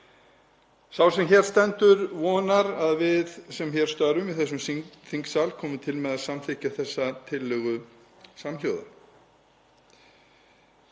Sá sem hér stendur vonar að við sem störfum í þessum þingsal komum til með að samþykkja þessa tillögu samhljóða.